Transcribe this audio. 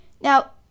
Now